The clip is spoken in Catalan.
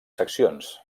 seccions